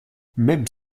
même